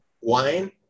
wine